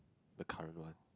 the current one